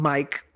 Mike